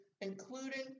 including